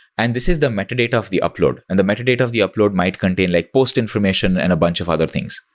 and this is the metadata of the upload, and the metadata of the upload might contain like post information and a bunch of other things,